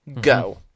Go